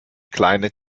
kleine